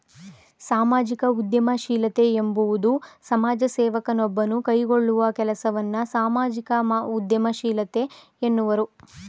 ಸಾಮಾಜಿಕ ಉದ್ಯಮಶೀಲತೆ ಎಂಬುವುದು ಸಮಾಜ ಸೇವಕ ನೊಬ್ಬನು ಕೈಗೊಳ್ಳುವ ಕೆಲಸವನ್ನ ಸಾಮಾಜಿಕ ಉದ್ಯಮಶೀಲತೆ ಎನ್ನುವರು